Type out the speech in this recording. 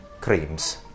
creams